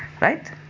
right